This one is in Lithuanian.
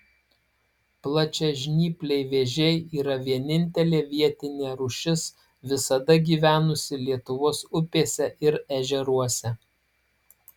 plačiažnypliai vėžiai yra vienintelė vietinė rūšis visada gyvenusi lietuvos upėse ir ežeruose